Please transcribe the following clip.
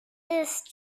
ist